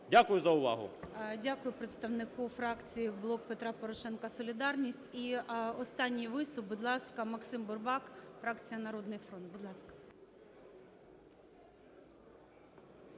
Дякую за увагу. ГОЛОВУЮЧИЙ. Дякую представнику фракції "Блок Петра Порошенка "Солідарність". І останній виступ. Будь ласка, Максим Бурбак, фракція "Народний фронт". Будь ласка.